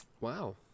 wow